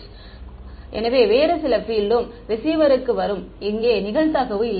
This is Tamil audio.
மாணவர் எனவே வேறு சில பீல்ட் ம் ரிசீவருக்கு வரும் இங்கே நிகழ்தகவு இல்லை